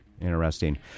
Interesting